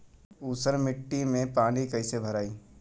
ऊसर मिट्टी में पानी कईसे भराई?